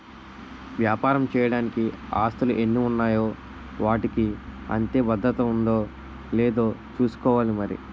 వ్యాపారం చెయ్యడానికి ఆస్తులు ఎన్ని ఉన్నాయో వాటికి అంతే భద్రత ఉందో లేదో చూసుకోవాలి మరి